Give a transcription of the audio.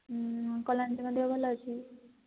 କଲ୍ୟାଣୀ ଦିଦିଙ୍କ ଦେହ ଭଲ ଅଛି